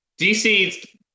dc